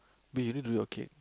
but you need to do it okay